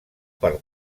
per